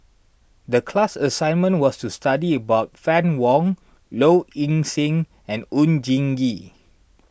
the class assignment was to study about Fann Wong Low Ing Sing and Oon Jin Gee